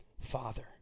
Father